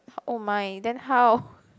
!oh my! then how